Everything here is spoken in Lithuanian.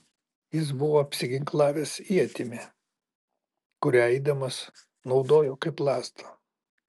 jis buvo apsiginklavęs ietimi kurią eidamas naudojo kaip lazdą